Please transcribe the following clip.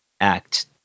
act